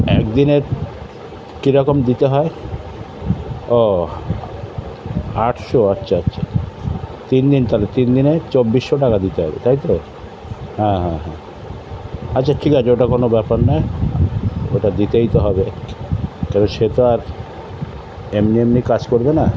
এক দিনের কী রকম দিতে হয় ও আটশো আচ্ছা আচ্ছা তিন দিন তাহলে তিন দিনে চব্বিশশো টাকা দিতে হবে তাই তো হ্যাঁ হ্যাঁ হ্যাঁ আচ্ছা ঠিক আছে ওটা কোনো ব্যাপার নয় ওটা দিতেই তো হবে তবে সেতো আর এমনি এমনি কাজ করবে না